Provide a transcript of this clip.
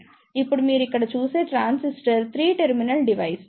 ఇప్పుడు మీరు ఇక్కడ చూసే ట్రాన్సిస్టర్ 3 టెర్మినల్ డివైస్